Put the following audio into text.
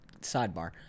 sidebar